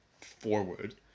forward